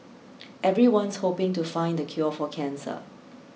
everyone's hoping to find the cure for cancer